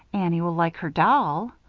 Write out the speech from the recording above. annie will like her doll.